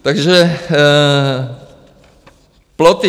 Takže ploty.